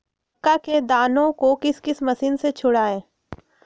मक्का के दानो को किस मशीन से छुड़ाए?